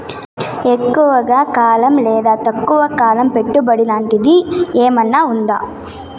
ఎక్కువగా కాలం లేదా తక్కువ కాలం పెట్టుబడి లాంటిది ఏమన్నా ఉందా